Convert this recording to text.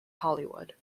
hollywood